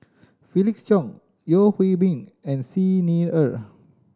Felix Cheong Yeo Hwee Bin and Xi Ni Er